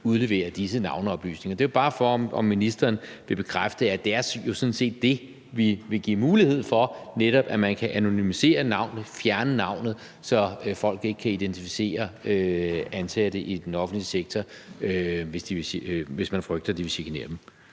udleverer disse navneoplysninger. Det er bare for at høre, om ministeren vil bekræfte, at det jo sådan set er det, vi vil give mulighed for, netop at man kan anonymisere navnet, fjerne navnet, så folk ikke kan identificere ansatte i den offentlige sektor, hvis man frygter, at de vil chikanere dem.